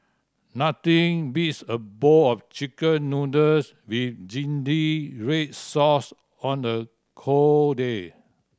nothing beats a bowl of Chicken Noodles with zingy red sauce on a cold day